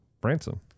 Branson